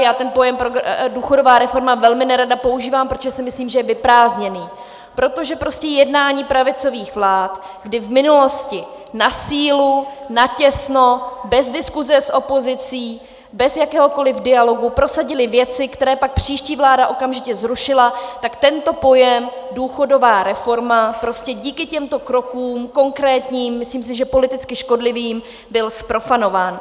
Já ten pojem důchodová reforma velmi nerada používám, protože si myslím, že je vyprázdněný, protože prostě jednání pravicových vlád, kdy v minulosti na sílu, na těsno, bez diskuse s opozicí, bez jakéhokoli dialogu prosadily věci, které pak příští vláda okamžitě zrušila, tak tento pojem důchodová reforma prostě díky těmto konkrétním krokům, myslím si, že politicky škodlivým, byl zprofanován.